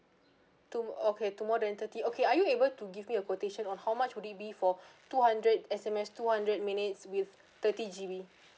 to okay to more than thirty okay are you able to give me a quotation on how much would it be for two hundred S_M_S two hundred minutes with thirty G_B